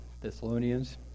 Thessalonians